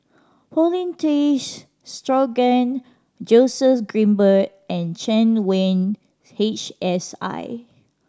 Paulin Tay Straughan Joseph Grimberg and Chen Wen H S I